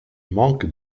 manque